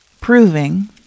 proving